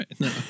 right